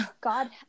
God